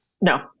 No